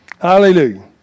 Hallelujah